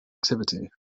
activity